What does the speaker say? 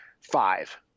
five